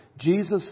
Jesus